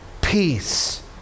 peace